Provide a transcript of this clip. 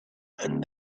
and